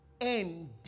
end